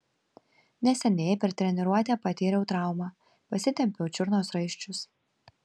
neseniai per treniruotę patyriau traumą pasitempiau čiurnos raiščius